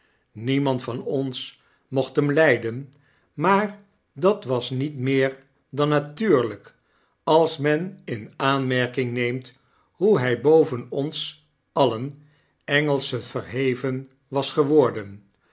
memand van ons mocht hem lyden maar dat was niet meer dan natuurlyk als men in aanmerking neemt hoe hij boven ons alien engelschen verheven was geworden